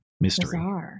Mystery